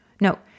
No